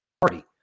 party